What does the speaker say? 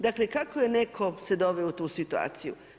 Dakle kako je netko se doveo u tu situaciju?